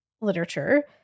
literature